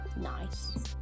Nice